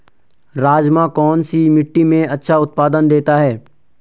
राजमा कौन सी मिट्टी में अच्छा उत्पादन देता है?